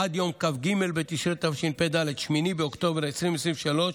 עד יום כ"ג בתשרי התשפ"ד, 8 באוקטובר 2023,